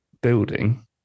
building